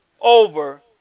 over